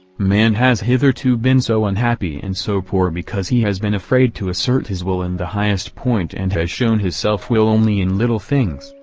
man has hitherto been so unhappy and so poor because he has been afraid to assert his will in the highest point and has shown his self-will only in little things,